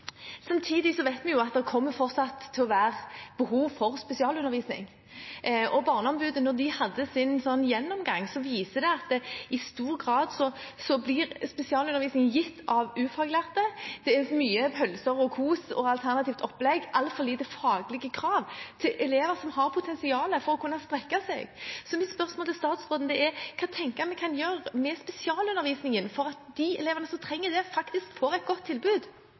vet vi at det fortsatt kommer til å være behov for spesialundervisning. Da Barneombudet hadde sin gjennomgang, viste den at spesialundervisningen i stor grad blir gitt av ufaglærte. Det er mye pølser, kos og alternativt opplegg – og altfor få faglige krav til elever som har potensial til å kunne strekke seg. Mitt spørsmål til statsråden er: Hva tenker han vi kan gjøre med spesialundervisningen for at de elevene som trenger det, får et godt tilbud?